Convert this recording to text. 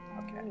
Okay